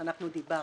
שאנחנו דיברנו.